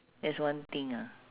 that's one thing ah